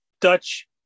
Dutch